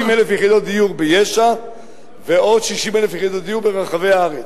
60,000 יחידות דיור ביש"ע ועוד 60,000 יחידות דיור ברחבי הארץ.